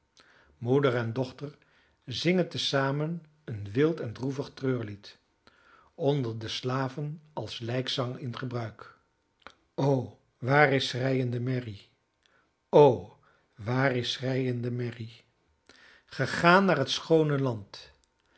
moeder en dochter zingen te zamen een wild en droevig treurlied onder de slaven als lijkzang in gebruik o waar is schreiende mary o waar is schreiende mary gegaan naar t schoone land